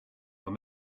were